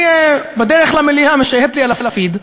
אני, בדרך למליאה משייט לי על הפיד,